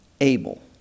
Abel